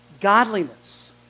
Godliness